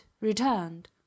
returned